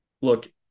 look